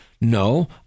No